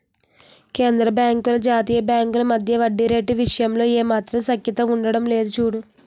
కేంద్రబాంకులు జాతీయ బాంకుల మధ్య వడ్డీ రేటు విషయంలో ఏమాత్రం సఖ్యత ఉండడం లేదు చూడు